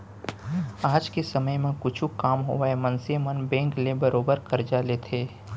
आज के समे म कुछु काम होवय मनसे मन बेंक ले बरोबर करजा लेथें